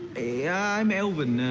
i'm elvin,